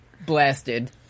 blasted